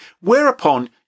Whereupon